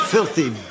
Filthy